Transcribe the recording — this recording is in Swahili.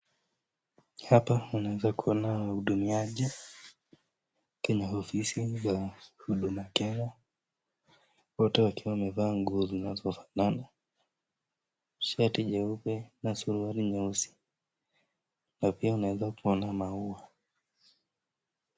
Hapa unaweza kuona wahudumiaji kwenye ofisi za huduma Kenya ,wote wakiwa wamevaa nguo zinazofanana , shati jeupe na suruali nyeusi na pia unaweza kuona maua .